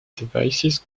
devices